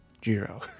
Jiro